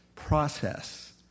process